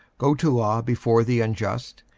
go to law before the unjust,